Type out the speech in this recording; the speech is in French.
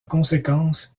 conséquence